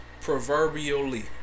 Proverbially